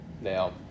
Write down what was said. Now